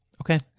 Okay